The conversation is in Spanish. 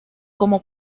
como